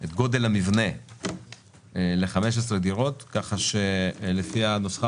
את גודל המבנה ל-15 דירות ככה שלפי הנוסחה